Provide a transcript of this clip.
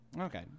Okay